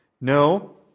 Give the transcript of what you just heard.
No